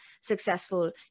successful